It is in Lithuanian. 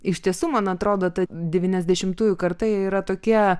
iš tiesų man atrodo ta devyniasdešimtųjų karta yra tokie